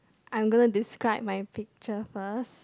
I'm going to describe my picture first